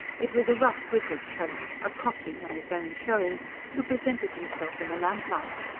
it was a rough grizzled fellow a cocky, on his own showing who presented himself in the lamplight.